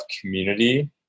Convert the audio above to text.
community